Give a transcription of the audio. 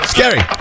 Scary